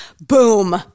boom